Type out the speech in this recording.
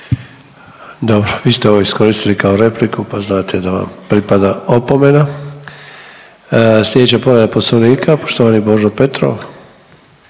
Dobro, vi ste ovo iskoristili kao repliku pa znate da vam pripada opomena. Sljedeća povreda poslovnika poštovani Božo Petrov.